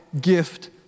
gift